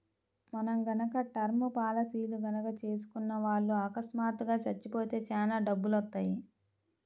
మనం గనక టర్మ్ పాలసీలు గనక చేసుకున్న వాళ్ళు అకస్మాత్తుగా చచ్చిపోతే చానా డబ్బులొత్తయ్యి